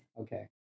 Okay